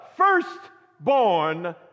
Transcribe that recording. Firstborn